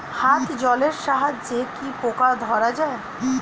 হাত জলের সাহায্যে কি পোকা ধরা যায়?